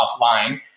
offline